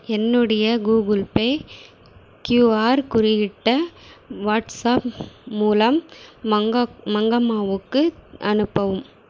என்னுடைய Google Pay QR குறியீட்டை WhatsApp மூலம் மங்கம்மாவுக்கு அனுப்பவும்